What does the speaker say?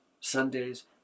Sundays